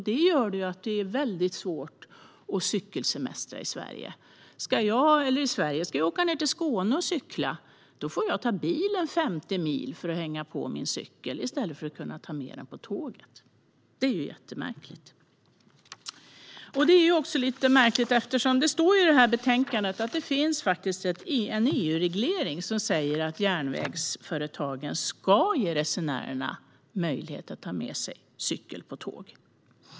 Det gör att det är mycket svårt att cykelsemestra i Sverige. Ska jag åka ned till Skåne och cykla får jag hänga min cykel på bilen och köra 50 mil i stället för att ta med cykeln på tåget. Det är jättemärkligt. Det är också lite märkligt eftersom det står i det här betänkandet att det finns en EU-reglering som säger att järnvägsföretagen ska ge resenärerna möjlighet att ta med sig cykel på tåg.